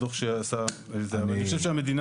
הדוח שעשה המבקר.